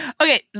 okay